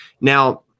Now